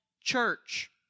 Church